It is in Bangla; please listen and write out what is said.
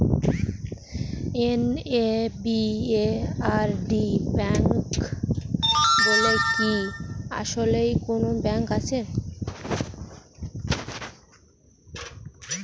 এন.এ.বি.এ.আর.ডি ব্যাংক বলে কি আসলেই কোনো ব্যাংক আছে?